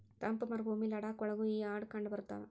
ತಂಪ ಮರಭೂಮಿ ಲಡಾಖ ಒಳಗು ಈ ಆಡ ಕಂಡಬರತಾವ